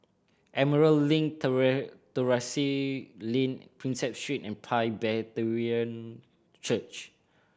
Emerald Link Terrasse Lane Prinsep Street Presbyterian Church